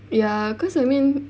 ya cause I mean